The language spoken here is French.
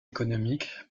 économique